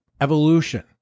evolution